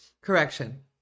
Correction